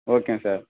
ஓகேங்க சார்